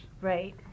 Right